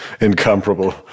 incomparable